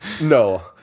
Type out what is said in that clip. No